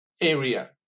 area